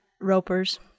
ropers